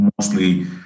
mostly